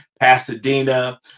Pasadena